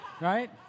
Right